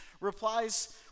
replies